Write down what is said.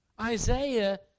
Isaiah